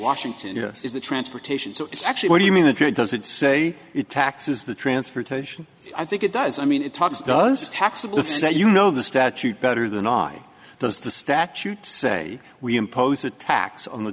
washington is the transportation so it's actually what do you mean that it doesn't say it taxes the transportation i think it does i mean it talks does taxable say you know the statute better than i does the statute say we impose a tax on the